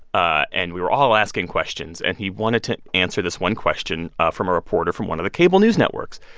ah and we were all asking questions, and he wanted to answer this one question ah from a reporter from one of the cable news networks.